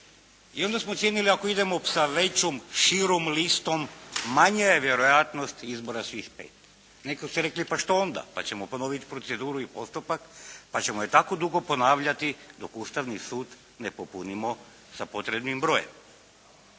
I onda smo ocijenili ako idemo sa većom, širom listom manja je vjerojatnost izbora svih pet. Neki su rekli pa što onda? Pa ćemo ponoviti proceduru i postupak, pa ćemo je tako dugo ponavljati dok Ustavni sud ne popunimo sa potrebnim brojem.